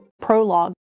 Prologue